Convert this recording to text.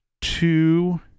two